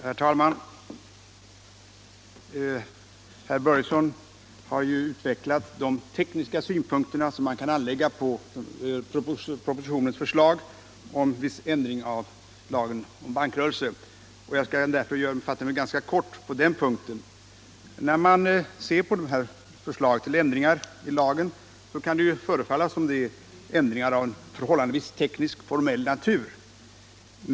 Herr talman! Herr Börjesson i Glömminge har utvecklat de tekniska synpunkter man kan anlägga på propositionen om ändring i lagen om bankrörelse. Jag skall därför på den punkten fatta mig kort. Det kan förefalla som om förslaget gällde ändringar av en förhållandevis teknisk-formell natur.